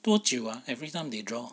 多久 ah every time they draw